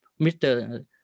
Mr